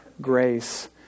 grace